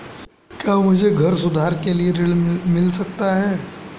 क्या मुझे घर सुधार के लिए ऋण मिल सकता है?